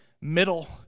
middle